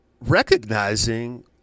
Recognizing